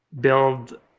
build